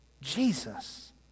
Jesus